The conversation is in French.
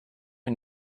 une